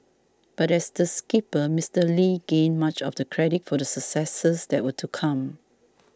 but as the skipper Mister Lee gained much of the credit for the successes that were to come